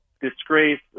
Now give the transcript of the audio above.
disgrace